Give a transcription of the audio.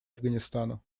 афганистану